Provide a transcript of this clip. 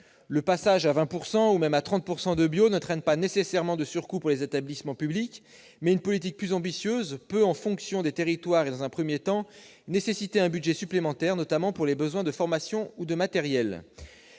Le passage à 20 % ou même à 30 % de bio n'entraîne pas nécessairement de surcoûts pour les établissements publics, mais une politique plus ambitieuse peut, en fonction des territoires et dans un premier temps, nécessiter un budget supplémentaire, notamment pour des besoins de formation ou de matériel.